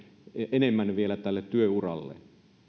enemmän vielä tälle työuralle